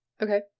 Okay